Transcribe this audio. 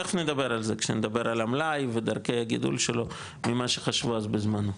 תיכף נדבר על זה כשנדבר על המלאי ויגידו לי שלא ממה שחשבו אז בזמנו,